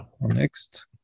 Next